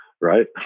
right